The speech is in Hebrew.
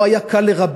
הוא לא היה קל לרבין,